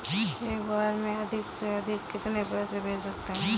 एक बार में अधिक से अधिक कितने पैसे भेज सकते हैं?